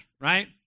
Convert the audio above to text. right